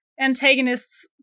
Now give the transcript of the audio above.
antagonists